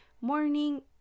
morning